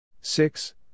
Six